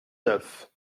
neuf